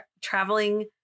traveling